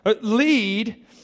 lead